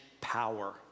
power